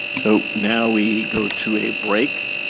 so, now we go to a break.